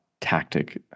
tactic